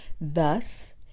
Thus